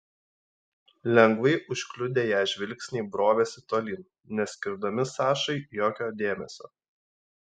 lengvai užkliudę ją žvilgsniai brovėsi tolyn neskirdami sašai jokio dėmesio